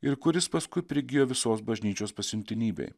ir kuris paskui prigijo visos bažnyčios pasiuntinybėj